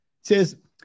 says